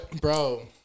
Bro